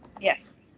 Yes